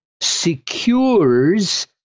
secures